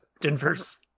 Denver's